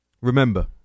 Remember